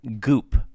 goop